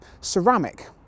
ceramic